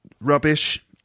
rubbish